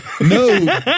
No